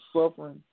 suffering